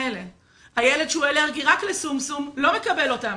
הילד שהוא אלרגי רק לשומשום לא מקבל אותן.